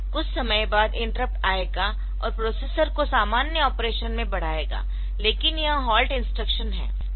कुछ समय बाद इंटरप्ट आएगा और प्रोसेसर को सामान्य ऑपरेशन में बढ़ाएगा लेकिन यह हॉल्ट इंस्ट्रक्शन है